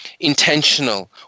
intentional